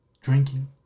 Drinking